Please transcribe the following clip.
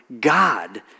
god